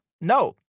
No